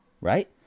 Right